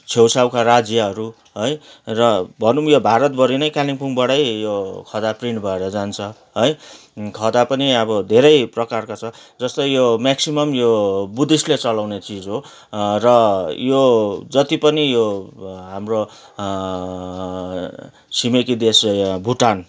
छेउछाउका राज्यहरू है र भनौँ यो भारतभरि नै कालिम्पोङबाटै यो खदा प्रिन्ट भएर जान्छ है खदा पनि अब धेरै प्रकारको छ जस्तै यो मेक्सिमम् यो बुद्धिस्टले चलाउने चिज हो र यो जति पनि यो हाम्रो छिमेकी देश चाहिँ भुटान